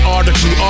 Article